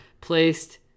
placed